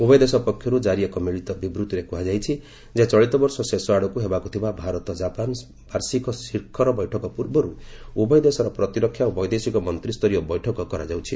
ଉଭୟ ଦେଶ ପକ୍ଷରୁ ଜାରୀ ଏକ ମିଳିତ ବିବୃଭିରେ କୁହାଯାଇଛି ଯେ ଚଳିତ ବର୍ଷ ଶେଷଆଡ଼କୁ ହେବାକୁଥିବା ଭାରତ ଜାପାନ ବାର୍ଷିକ ଶିଖର ବୈଠକ ପୂର୍ବରୁ ଉଭୟ ଦେଶର ପ୍ରତିରକ୍ଷା ଓ ବୈଦେଶିକ ମନ୍ତ୍ରୀ ସ୍ତରୀୟ ବୈଂକ କରାଯାଉଛି